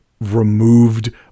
removed